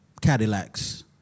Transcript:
Cadillacs